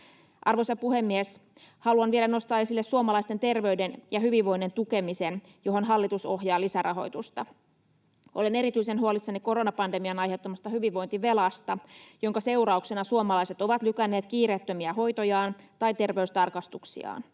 Arvoisa puhemies! Haluan vielä nostaa esille suomalaisten terveyden ja hyvinvoinnin tukemisen, johon hallitus ohjaa lisärahoitusta. Olen erityisen huolissani koronapandemian aiheuttamasta hyvinvointivelasta, jonka seurauksena suomalaiset ovat lykänneet kiireettömiä hoitojaan tai terveystarkastuksiaan.